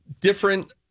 different